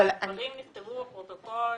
הדברים נכתבו בפרוטוקול.